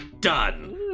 done